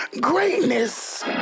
greatness